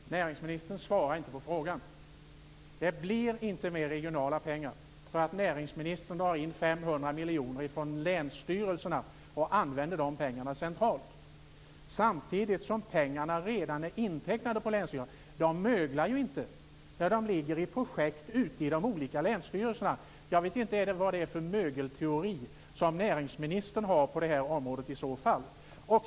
Fru talman! Näringsministern svarar inte på frågan. Det blir inte mer regionala pengar genom att näringsministern drar in 500 miljoner från länsstyrelserna och använder dem centralt, samtidigt som pengarna redan är intecknade på länsnivå. De möglar ju inte. De ligger i projekt ute i de olika länsstyrelserna. Jag vet inte vad det är för mögelteori som näringsministern har på det här området.